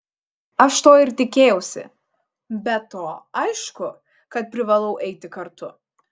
aš to ir tikėjausi be to aišku kad privalau eiti kartu